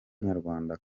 nyarwanda